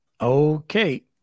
Okay